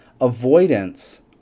avoidance